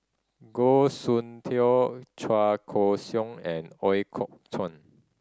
Goh Soon Tioe Chua Ko Siong and Ooi Kok Chuan